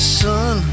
son